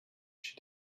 she